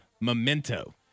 Memento